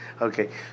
Okay